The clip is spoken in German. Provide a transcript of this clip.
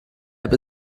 app